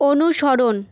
অনুসরণ